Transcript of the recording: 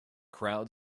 crowd